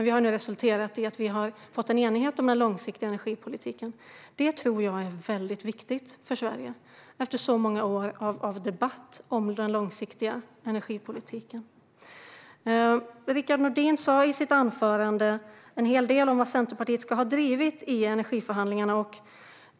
Vi har nu fått enighet om en långsiktig energipolitik, och detta tror jag är viktigt för Sverige, efter så många år av debatt om denna politik. Rickard Nordin sa i sitt anförande en hel del om vad Centerpartiet ska ha drivit i energiförhandlingarna.